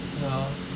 ya